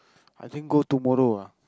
I think go tomorrow ah